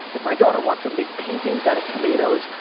if my daughter wants to make paintings out of tomatoes,